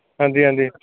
ਹਾਂਜੀ ਹਾਂਜੀ